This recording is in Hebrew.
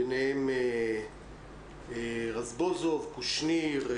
ביניהם רזבוזוב, קושניר,